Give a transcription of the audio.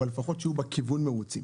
אבל לפחות שיהיו מרוצים מן הכיוון.